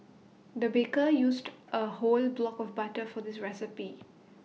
the baker used A whole block of butter for this recipe